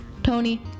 Tony